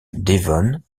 devon